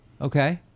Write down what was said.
Okay